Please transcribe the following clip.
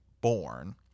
born